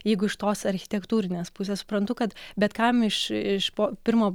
jeigu iš tos architektūrinės pusės suprantu kad bet kam iš iš po pirmo